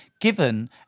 given